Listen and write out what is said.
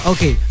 Okay